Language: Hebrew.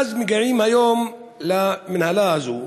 ואז, מגיעים היום למינהלת הזאת